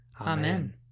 Amen